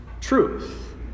truth